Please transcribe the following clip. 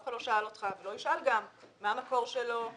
אף אחד לא שאל אותך ולא ישאל גם מה המקור שלו,